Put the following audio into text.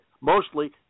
mostly